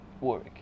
work